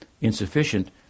insufficient